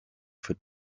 für